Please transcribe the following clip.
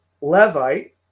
Levite